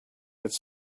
its